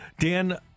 Dan